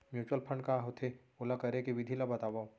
mutual fund का होथे, ओला करे के विधि ला बतावव